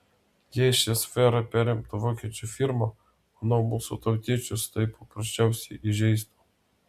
jei šią sferą perimtų vokiečių firma manau mūsų tautiečius tai paprasčiausiai įžeistų